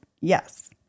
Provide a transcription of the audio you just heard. yes